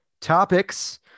topics